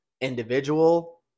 individual